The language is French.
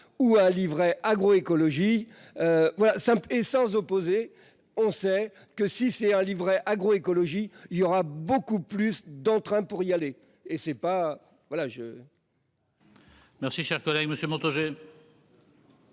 ou un Livret agroécologie. Voilà ça et sans opposer. On sait que si c'est un livret agro-écologie il y aura beaucoup plus d'entrain pour y aller et c'est pas voilà je. Merci, cher collègue, Monsieur Montaugé.